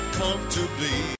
comfortably